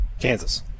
Kansas